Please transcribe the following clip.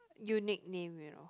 unique name you know